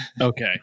Okay